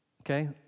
Okay